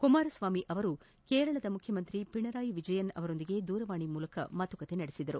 ಕುಮಾರಸ್ವಾಮಿ ಅವರು ಕೇರಳ ಮುಖ್ಯಮಂತ್ರಿ ಪಿಣರಾಯಿ ವಿಜಯನ್ ಅವರೊಂದಿಗೆ ದೂರವಾಣಿ ಮಾತುಕತೆ ನಡೆಸಿದರು